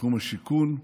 בתחום השיכון,